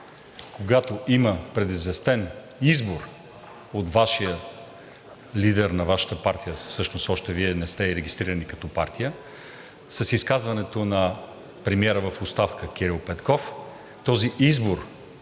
когато има предизвестен избор от Вашия лидер на Вашата партия – всъщност Вие още не сте и регистрирани като партия, с изказването на премиера в оставка Кирил Петков този избор,